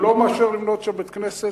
הוא לא מאשר לבנות שם בית-כנסת.